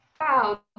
wow